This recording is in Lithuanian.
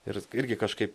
ir irgi kažkaip